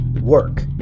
work